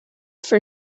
for